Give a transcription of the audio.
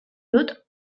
dut